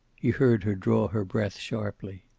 he heard her draw her breath sharply.